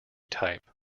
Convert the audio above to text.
type